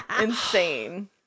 Insane